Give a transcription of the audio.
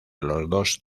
los